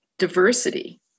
diversity